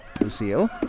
Lucille